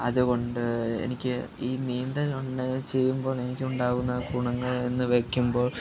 അതുകൊണ്ട് എനിക്ക് ഈ നീന്തൽ കൊണ്ട് ചെയ്യുമ്പോൾ എനിക്ക് ഉണ്ടാവുന്ന ഗുണങ്ങൾ എന്ന് വയ്ക്കുമ്പോൾ